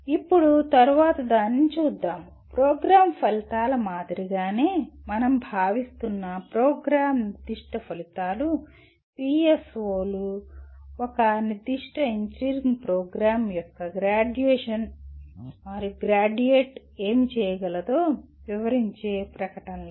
ఇప్పుడు తరువాతి దానిని చూద్దాము ప్రోగ్రామ్ ఫలితాల మాదిరిగానే మనం భావిస్తున్న ప్రోగ్రామ్ నిర్దిష్ట ఫలితాలు పిఎస్ఓలు ఒక నిర్దిష్ట ఇంజనీరింగ్ ప్రోగ్రామ్ యొక్క గ్రాడ్యుయేట్ ఏమి చేయగలదో వివరించే ప్రకటనలు